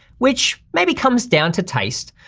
which maybe comes down to taste.